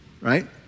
right